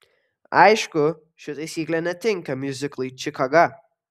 aišku ši taisyklė netinka miuziklui čikaga